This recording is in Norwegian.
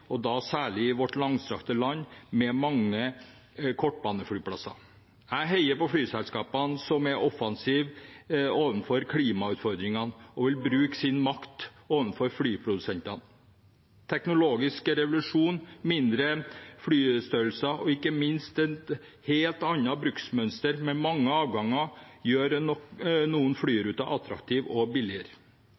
og da særlig i vårt langstrakte land med mange kortbaneflyplasser. Jeg heier på flyselskapene som er offensive overfor klimautfordringene og vil bruke sin makt overfor flyprodusentene. Teknologisk revolusjon, mindre flystørrelse og ikke minst et helt annet bruksmønster, med mange avganger, gjør nok noen flyruter attraktive og billigere.